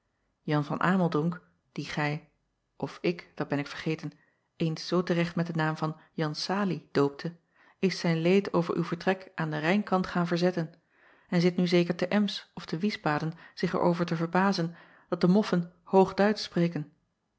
an van meldonk dien gij of ik dat ben ik vergeten eens zoo te recht met den naam van an alie doopte is zijn leed over uw vertrek aan den ijnkant gaan verzetten en zit nu zeker te ms of te iesbaden zich er over te verbazen dat de moffen oogduitsch spreken